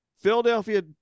Philadelphia